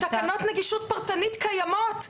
תקנות נגישות פרטנית קיימות,